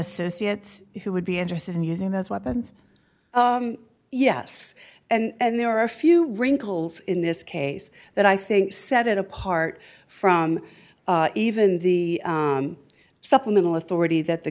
associates who would be interested in using those weapons yes and there are a few wrinkles in this case that i think set it apart from even the supplemental authority that the